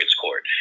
court